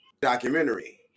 documentary